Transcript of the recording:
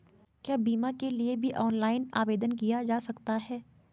क्या बीमा के लिए भी ऑनलाइन आवेदन किया जा सकता है?